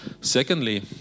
Secondly